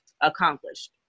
accomplished